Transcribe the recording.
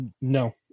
No